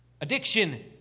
Addiction